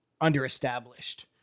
underestablished